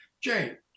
Jane